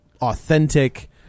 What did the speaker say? authentic